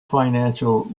financial